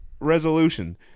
resolution